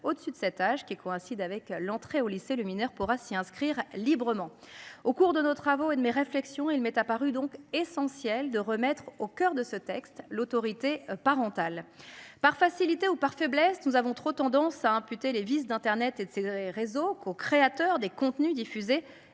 au-dessus de cet âge qui coïncide avec l'entrée au lycée le mineur pourra s'y inscrire librement au cours de nos travaux et de mes réflexions. Il m'est apparu donc essentiel de remettre au coeur de ce texte, l'autorité parental. Par facilité ou par faiblesse. Nous avons trop tendance à imputer les vices d'Internet et de ses réseaux co-, créateur des contenus diffusés